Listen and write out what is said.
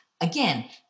again